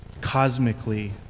cosmically